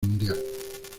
mundial